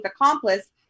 accomplice